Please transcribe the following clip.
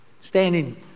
Standing